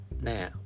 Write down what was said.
Now